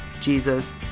Jesus